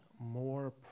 more